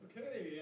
Okay